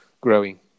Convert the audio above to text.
growing